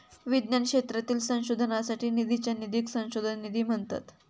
विज्ञान क्षेत्रातील संशोधनासाठी निधीच्या निधीक संशोधन निधी म्हणतत